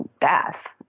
death